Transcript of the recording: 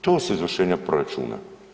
To su izvršenja proračuna.